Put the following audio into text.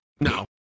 No